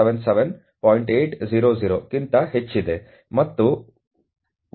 800 ಕ್ಕಿಂತ ಹೆಚ್ಚಿದೆ ಮತ್ತು 104 ರಿಂದ ಗುಣಿಸಲ್ಪಡುತ್ತದೆ